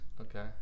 Okay